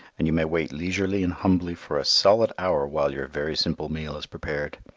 and you may wait leisurely and humbly for a solid hour while your very simple meal is prepared.